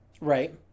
right